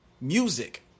music